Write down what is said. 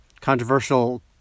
Controversial